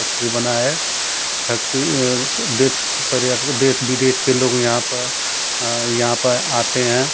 factory बना है factory देश के पर्यटक देश विदेश के लोग यहाँ पर यहाँ पर आते हैं